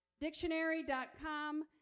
Dictionary.com